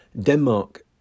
Denmark